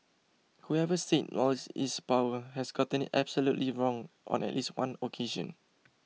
whoever said knowledge is power has gotten absolutely wrong on at least one occasion